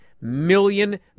million